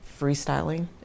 freestyling